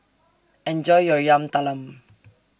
Enjoy your Yam Talam